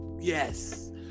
yes